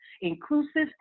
inclusive